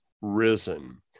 risen